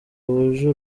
wuje